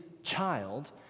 Child